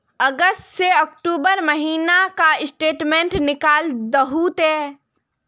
अगस्त से अक्टूबर महीना का स्टेटमेंट निकाल दहु ते?